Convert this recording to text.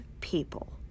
people